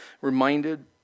reminded